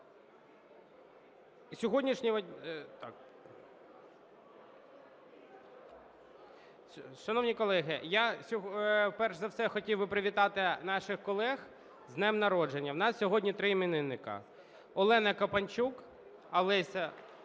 Шановні колеги… Шановні колеги, я, перш за все, хотів би привітати наших колег з днем народження. У нас сьогодні три іменинники: Олена Копанчук, Олесь